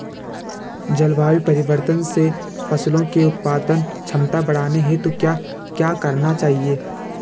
जलवायु परिवर्तन से फसलों की उत्पादन क्षमता बढ़ाने हेतु क्या क्या करना चाहिए?